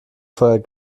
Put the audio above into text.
vorher